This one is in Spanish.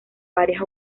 varias